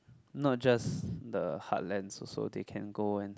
not just the heartlands also they can go and